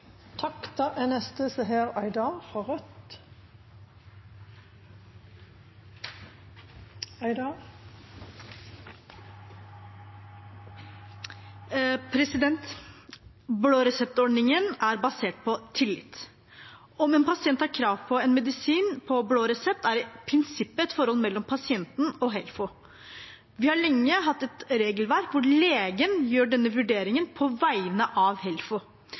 er basert på tillit. Om en pasient har krav på en medisin på blå resept er i prinsippet et forhold mellom pasienten og Helfo. Vi har lenge hatt et regelverk hvor legen gjør denne vurderingen på vegne av Helfo.